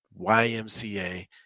YMCA